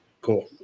Cool